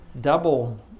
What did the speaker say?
double